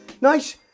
Nice